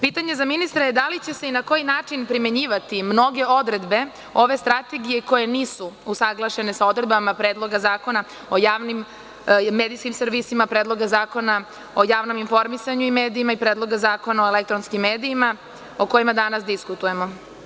Pitanje za ministra je da li će se i na koji način primenjivati mnoge odredbe ove strategije koje nisu usaglašene sa odredbama Predloga zakona o javnim medijskim servisima, Predloga zakona o javnom informisanju i medijima i Predlogu zakona o elektronskim medijima, a o kojima danas diskutujemo?